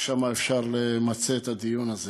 שם אפשר למצות את הדיון הזה.